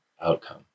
outcome